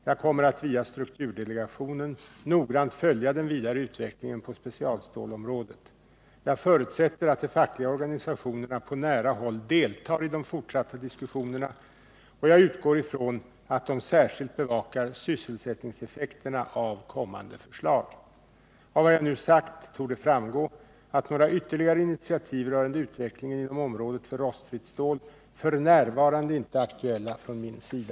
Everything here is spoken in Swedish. Jag kommer att via strukturdelegationen noggrant följa den vidare utvecklingen på specialstålområdet. Jag förutsätter att de fackliga organisationerna på nära håll deltar i de fortsatta diskussionerna, och jag utgår ifrån att de särskilt bevakar sysselsättningseffekterna av kommande förslag. Av vad jag nu sagt torde framgå att några ytterligare initiativ rörande utvecklingen inom området för rostfritt stål f. n. inte är aktuella från min sida.